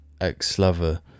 ex-lover